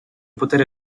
poter